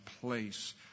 place